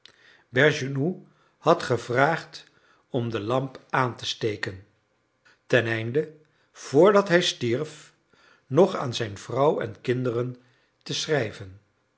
bergounhoux had gevraagd om de lamp aan te steken teneinde voordat hij stierf nog aan zijn vrouw en kinderen te schrijven